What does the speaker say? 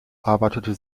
arbeitete